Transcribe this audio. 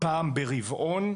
פעם ברבעון.